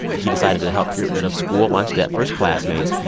he decided to help get rid of school lunch debt for his classmates.